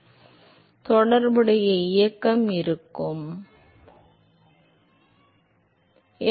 இதன் விளைவாக திரவத் துகள்களின் வேகம் குறைகிறது மற்றும் இது திரவத் துகள்களின் முடுக்கத்தில் விளைகிறது